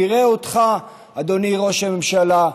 נראה אותך אדוני ראש הממשלה,